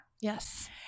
Yes